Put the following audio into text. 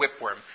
whipworm